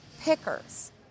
pickers